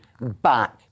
back